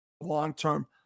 long-term